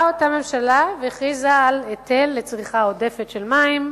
באה אותה ממשלה והכריזה על היטל על צריכה עודפת של מים,